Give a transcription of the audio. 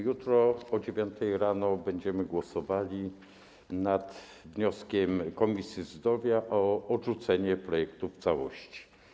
Jutro o godz. 9 rano będziemy głosowali nad wnioskiem Komisji Zdrowia o odrzucenie projektu w całości.